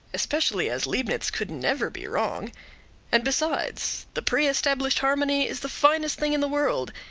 especially as leibnitz could never be wrong and besides, the pre-established harmony is the finest thing in the world,